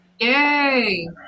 Yay